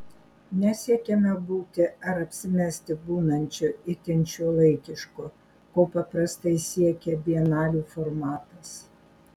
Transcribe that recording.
nesiekiama būti ar apsimesti būnančiu itin šiuolaikišku ko paprastai siekia bienalių formatas